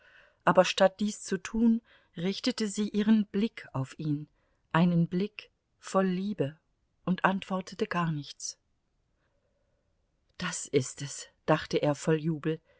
aber statt dies zu tun richtete sie ihren blick auf ihn einen blick voll liebe und antwortete gar nichts da ist es dachte er voll jubel